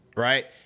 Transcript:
Right